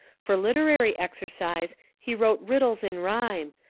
for literary exercise he wrote rid dles in rhyme,